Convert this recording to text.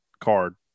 card